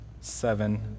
seven